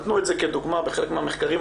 נתנו את זה כדוגמה בחלק מהמחקרים,